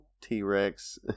T-Rex